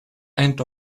end